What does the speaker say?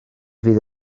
fydd